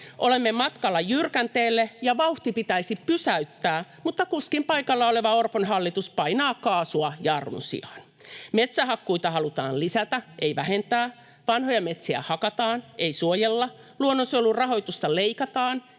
Olemme matkalla jyrkänteelle, ja vauhti pitäisi pysäyttää, mutta kuskin paikalla oleva Orpon hallitus painaa kaasua jarrun sijaan: Metsähakkuita halutaan lisätä, ei vähentää. Vanhoja metsiä hakataan, ei suojella. Luonnonsuojelun rahoitusta leikataan,